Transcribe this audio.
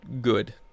good